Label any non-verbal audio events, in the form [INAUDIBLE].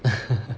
[LAUGHS]